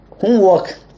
homework